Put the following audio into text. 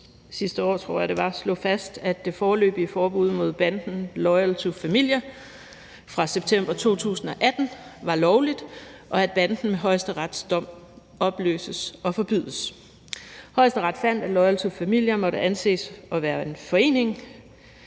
sidste år, tror jeg det var, slog fast, at det foreløbige forbud mod banden Loyal To Familia fra september 2018 var lovligt, og at banden med Højesterets dom opløses og forbydes. Højesteret fandt, at Loyal To Familia måtte anses for at være en forening